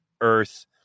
earth